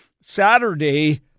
Saturday